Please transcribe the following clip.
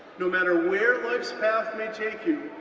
no matter where life's path may take you,